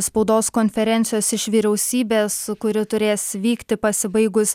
spaudos konferencijos iš vyriausybės kuri turės vykti pasibaigus